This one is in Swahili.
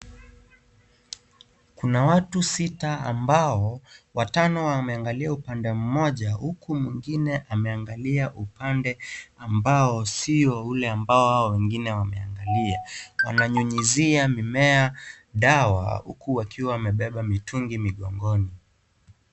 Kuna watu sita ambao, watano wameangalia upande mmoja, huku mwingine ameangalia upande ambao sio, ule ambao wale wengine wameangalia. Wananyunyizia mimea dawa, huku wakiwa wamebeba mitungi migongoni.